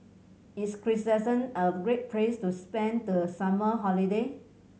is Kyrgyzstan a great place to spend the summer holiday